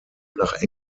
nach